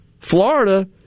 Florida